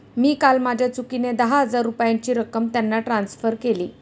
मी काल माझ्या चुकीने दहा हजार रुपयांची रक्कम त्यांना ट्रान्सफर केली